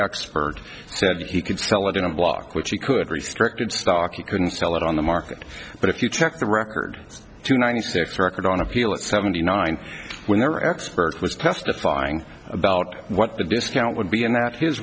expert said he could sell it in a block which he could restricted stock you couldn't sell it on the market but if you check the record to ninety six record on appeal at seventy nine when their expert was testifying about what the discount would be and that his